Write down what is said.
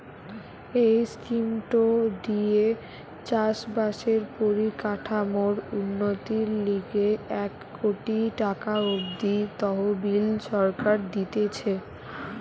এই স্কিমটো দিয়ে চাষ বাসের পরিকাঠামোর উন্নতির লিগে এক কোটি টাকা অব্দি তহবিল সরকার দিতেছে